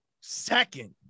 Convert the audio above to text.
Second